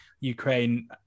Ukraine